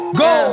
go